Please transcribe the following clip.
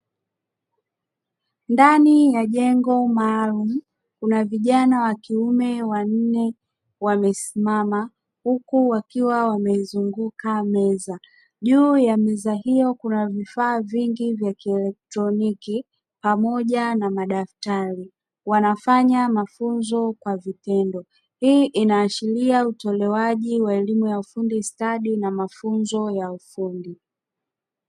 Ndani ya jengo maalumu, kuna vijana wakiume wanne wamesimama, huku wakiwa wameizunguka meza, juu ya meza hiyo kuna vifaa vingi vya kielektroniki pamoja na madaftari, wanafanya mafunzo kwa vitendo, hii inaashiria utolewaji wa elimu ya ufundi stadi na mafunzo ya ufundi.